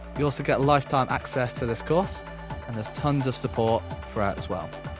you also get lifetime access to this course and there's tonnes of support throughout as well.